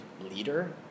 leader